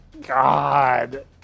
god